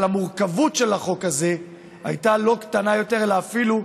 אבל המורכבות של החוק הזה הייתה לא קטנה יותר אלא אפילו,